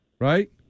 Right